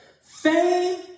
fame